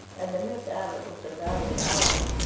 and that miss abbott was her valued ally.